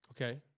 Okay